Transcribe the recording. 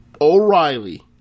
O'Reilly